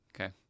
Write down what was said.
okay